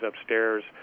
upstairs